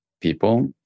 people